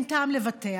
אין טעם לבטח,